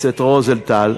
בשבילך, חבר הכנסת רוזנטל,